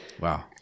Wow